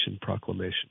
Proclamation